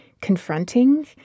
confronting